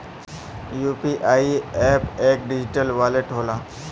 UPI app एक digital wallet होला